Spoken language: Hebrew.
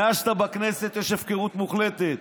מאז שאתה בכנסת יש הפקרות מוחלטת.